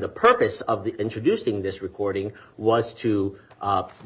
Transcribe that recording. the purpose of the introducing this recording was to